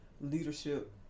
leadership